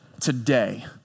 today